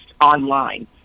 online